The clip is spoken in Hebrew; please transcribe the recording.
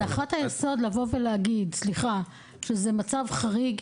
הנחת היסוד לבוא ולהגיד שזה מצב חריג,